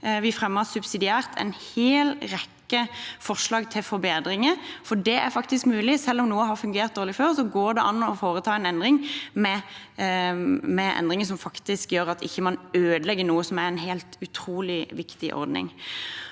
Vi fremmet subsidiært en hel rekke forslag til forbedringer, for det er faktisk mulig. Selv om noe har fungert dårlig før, går det an å foreta en endring, med endringer som gjør at man ikke ødelegger noe som er en helt utrolig viktig ordning.